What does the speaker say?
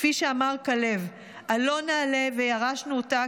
כפי שאמר כלב: "עלֹה נעלה וירשנו אותה,